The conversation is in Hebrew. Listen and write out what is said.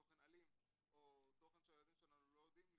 תוכן אלים או תוכן שהילדים שלנו לא יודעים לצרוך,